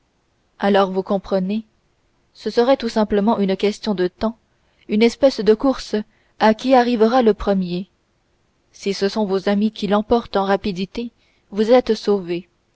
alors vous comprenez ce serait tout simplement une question de temps une espèce de course à qui arrivera le premier si ce sont vos amis qui l'emportent en rapidité vous êtes sauvée